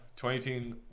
2018